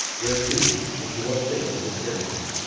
where to and to what fate was it carrying him?